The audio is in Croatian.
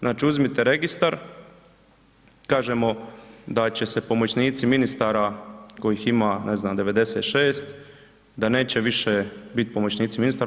Znači uzmite registar, kažemo da će se pomoćnici ministara kojih ima ne znam 96, da neće više biti pomoćnici ministara.